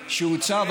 שהוא צו,